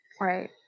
Right